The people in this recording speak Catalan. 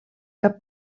cap